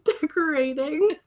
decorating